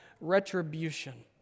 retribution